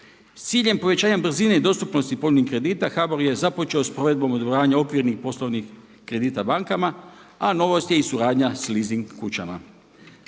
S ciljem povećanja brzine i dostupnosti pojedinih kredita HBOR je započeo s provedbom dogovaranja okvirnih poslovnih kredita bankama, a novost je i suradnja s leasing kućama.